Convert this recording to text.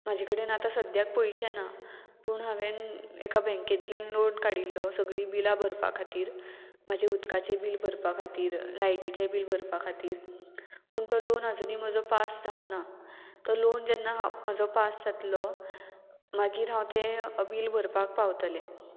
म्हाजे कडेन आतां सद्याक पयशे ना पूण हांवेन एका बँकेतल्यान लोन काडिल्लो सगळीं बिलां भरपा खातीर म्हाजे उदकाचें बील भरपा खातीर लायटीचें बील भरपा खातीर पूण तो लोन आजुनूय म्हजो पास जावना तो लोन जेन्ना हांव म्हजो पास जातलो मागीर हांव तें बील भरपाक पावतलें